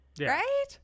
Right